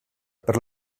per